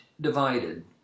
Divided